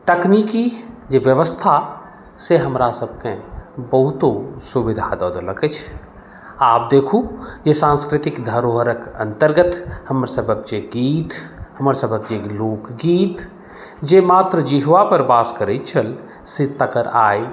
तकनीकी जे व्यवस्था से हमरासभके बहुतो सुविधा दऽ देलक अछि आब देखू जे सांस्कृतिक धरोहरक अन्तर्गत हमरसभक जे गीत हमरसभक जे लोकगीत जे मात्र जिह्वापर वास करैत छल से तकर आइ